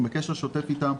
אנחנו בקשר שוטף איתן,